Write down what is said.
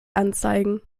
anzeigen